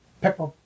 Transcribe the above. pepper